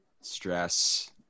stress